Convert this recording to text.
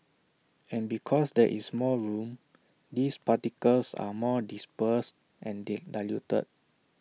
and because there is more room these particles are more dispersed and diluted